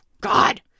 God